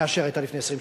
מאשר היתה לפי 20 שנה,